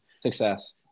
success